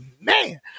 man